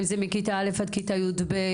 האם זה מכיתה א' עד כיתה יב'?